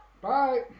Bye